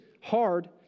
hard